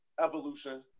evolution